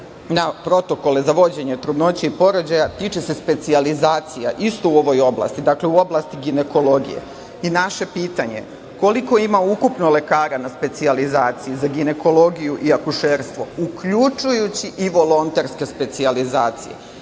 na protokole za vođenje trudnoće i porođaja tiče se specijalizacija isto u ovoj oblasti, dakle u oblasti ginekologije. Naše pitanje je – koliko ima ukupno lekara na specijalizaciji za ginekologiju i akušerstvo, uključujući i volonterske specijalizacije?